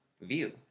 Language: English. view